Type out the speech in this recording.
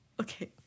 Okay